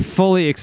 fully